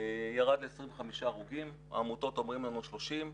ירד ל-25 הרוגים, בעמותות אומרים 30,